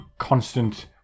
constant